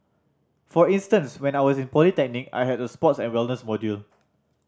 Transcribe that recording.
for instance when I was in polytechnic I had a sports and wellness module